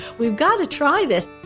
we've got to try this.